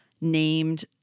named